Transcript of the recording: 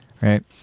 Right